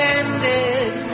ended